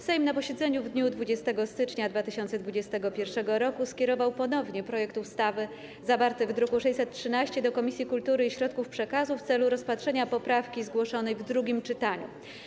Sejm na posiedzeniu w dniu 20 stycznia 2021 r. skierował ponownie projekt uchwały zawarty w druku nr 613 do Komisji Kultury i Środków Przekazu w celu rozpatrzenia poprawki zgłoszonej w drugim czytaniu.